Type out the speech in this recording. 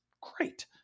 great